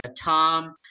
Tom